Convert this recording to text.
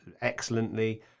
excellently